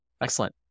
Excellent